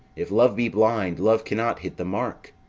if love be blind, love cannot hit the mark.